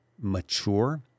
mature